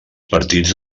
partits